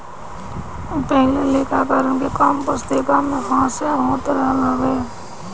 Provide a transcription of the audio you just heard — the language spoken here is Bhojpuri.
पहिले लेखाकरण के काम पुस्तिका में हाथ से होत रहल हवे